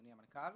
אדוני המנכ"ל.